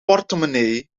portemonnee